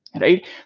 right